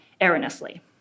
erroneously